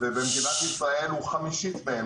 ובמדינת ישראל זה חמישית מזה.